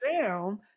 down